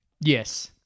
Yes